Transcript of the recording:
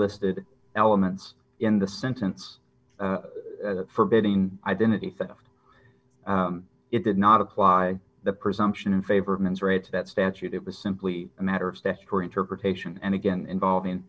listed elements in the sentence forbidding identity theft it did not apply the presumption in favor of men's rights that statute was simply a matter of statutory interpretation and again involving